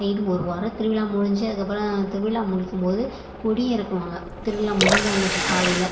தங்கிவிட்டு ஒரு வார திருவிழா முடிஞ்சு அதுக்கப்புறம் திருவிழா முடிக்கும்போது கொடியும் இறக்குவாங்க திருவிழா முடிஞ்ச அன்னைக்கு காலையில்